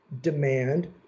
demand